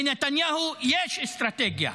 לנתניהו יש אסטרטגיה: